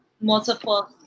multiple